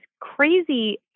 crazy